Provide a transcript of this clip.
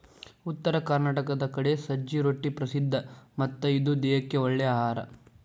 ಉತ್ತರ ಕರ್ನಾಟಕದ ಕಡೆ ಸಜ್ಜೆ ರೊಟ್ಟಿ ಪ್ರಸಿದ್ಧ ಮತ್ತ ಇದು ದೇಹಕ್ಕ ಒಳ್ಳೇ ಅಹಾರಾ